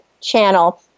Channel